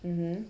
mmhmm